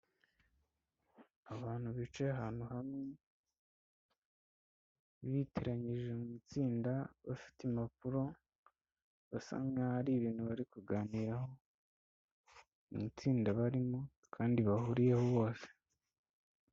Abantu bicaye ahantu hamwe, biteranyije mu itsinda, bafite impapuro, basa nkaho hari ibintu bari kuganiraho mu itsinda barimo kandi bahuriyeho bose.